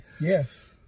Yes